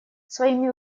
своими